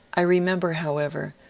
i remember, however,